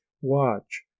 watch